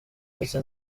ndetse